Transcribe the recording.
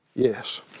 Yes